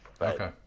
okay